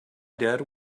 dad